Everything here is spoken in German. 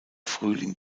frühling